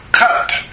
Cut